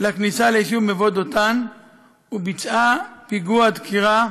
לכניסה ליישוב מבוא דותן וביצעה פיגוע דקירה,